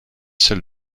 celle